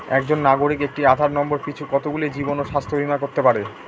একজন নাগরিক একটি আধার নম্বর পিছু কতগুলি জীবন ও স্বাস্থ্য বীমা করতে পারে?